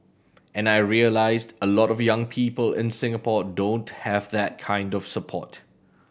and I realised a lot of young people in Singapore don't have that kind of support